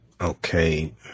Okay